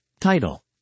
Title